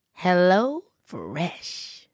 HelloFresh